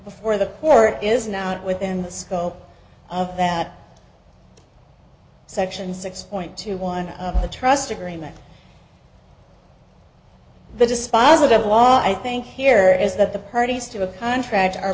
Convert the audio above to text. before the court is now out within the scope of that section six point two one of the trust agreement the dispositive law i think here is that the parties to a contract